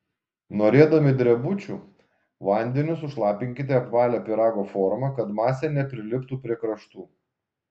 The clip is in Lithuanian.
norėdami drebučių vandeniu sušlapinkite apvalią pyrago formą kad masė nepriliptų prie kraštų